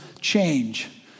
change